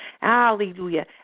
Hallelujah